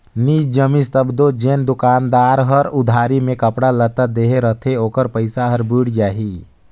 नी जमिस तब दो जेन दोकानदार हर उधारी में कपड़ा लत्ता देहे रहथे ओकर पइसा हर बुइड़ जाही